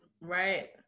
right